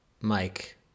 Mike